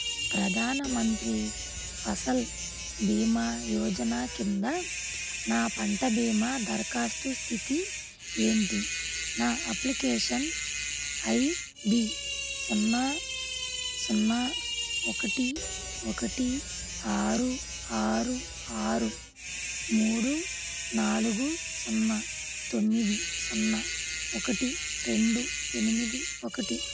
ప్రధాన మంత్రి ఫసల్ బీమా యోజన కింద నా పంట బీమా దరఖాస్తు స్థితి ఏమిటి నా అప్లికేషన్ ఐ డీ సున్నా సున్నా ఒకటి ఒకటి ఆరు ఆరు ఆరు మూడు నాలుగు సున్నా తొమ్మిది సున్నా ఒకటి రెండు ఎనిమిది ఒకటి